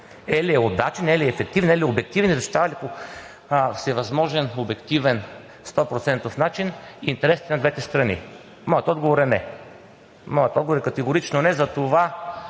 ли е удачен, е ли е ефективен, е ли е обективен и защитава ли по всевъзможен, обективен, 100-процентов начин интересите на двете страни? Моят отговор е не! Моят отговор е категорично не! Господин